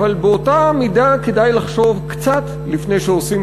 אבל באותה מידה כדאי לחשוב קצת לפני שעושים